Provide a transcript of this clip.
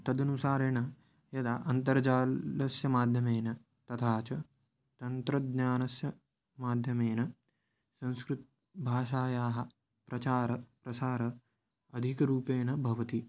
तदनुसारेण यदा अन्तर्जालस्य माध्यमेन तथा च तन्त्रज्ञानस्य माध्यमेन संस्कृतभाषायाः प्रचारः प्रसारः अधिकरूपेण भवति